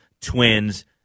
Twins